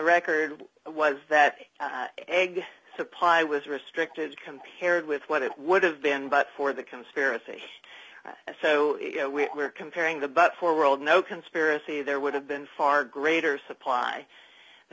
record was that egg pile was restricted compared with what it would have been but for the conspiracy so we are comparing the but for world no conspiracy there would have been far greater supply